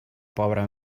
pobra